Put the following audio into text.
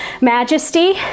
majesty